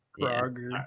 Kroger